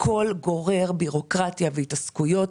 גורר בירוקרטיה והתעסקויות.